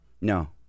No